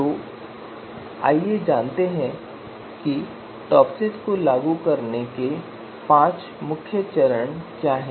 तो आप जानते हैं कि टॉपसिस को लागू करने के लिए 5 मुख्य गणना चरण हैं